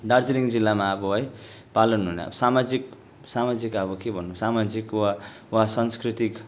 दार्जिलिङ जिल्लामा अब है पालन हुने अब सामाजिक सामाजिक अब के भन्नु सामाजिक वा वा सांस्कृतिक